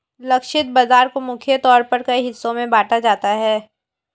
लक्षित बाजार को मुख्य तौर पर कई हिस्सों में बांटा जाता है